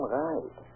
right